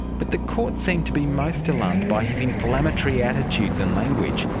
but the court seemed to be most alarmed by his inflammatory attitudes and language.